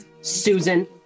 Susan